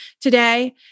today